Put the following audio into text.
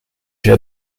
chez